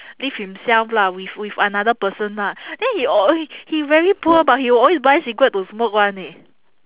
live himself lah with with another person lah then he alw~ he very poor but he always buy cigarette to smoke [one] eh